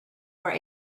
were